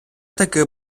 таки